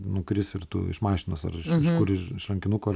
nukris ir tu iš mašinos aš iš iš kur iš rankinuko